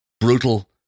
brutal